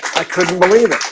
i couldn't believe it